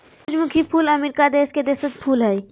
सूरजमुखी फूल अमरीका देश के देशज फूल हइ